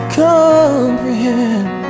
comprehend